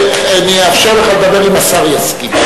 אני אאפשר לך לדבר אם השר יסכים.